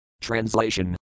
Translation